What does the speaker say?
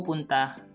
but and